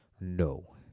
No